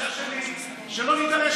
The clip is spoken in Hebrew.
התחושה שלי היא שלא ניתן,